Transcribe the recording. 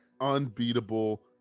Unbeatable